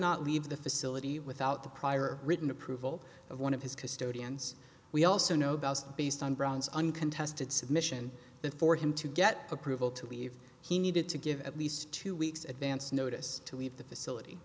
not leave the facility without the prior written approval of one of his custodians we also know about based on brown's uncontested submission that for him to get approval to leave he needed to give at least two weeks advance notice to leave the facility